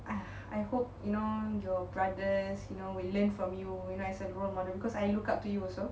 I I hope you know your brothers you know we learn from you you know as a role model because I look up to you also